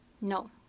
No